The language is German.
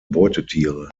beutetiere